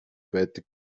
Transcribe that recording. байдаг